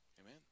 Amen